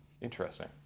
interesting